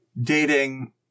dating